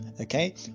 okay